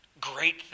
Great